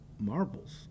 marbles